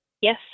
Yes